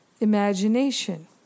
imagination